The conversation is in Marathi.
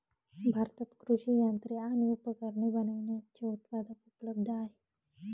भारतात कृषि यंत्रे आणि उपकरणे बनविण्याचे उत्पादक उपलब्ध आहे